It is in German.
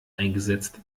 eingesetzt